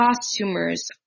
customers